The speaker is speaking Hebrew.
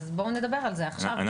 אז בואו נדבר על זה עכשיו,